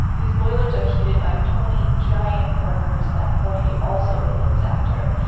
these boilers are heated by twenty giant burners that jorge also looks after,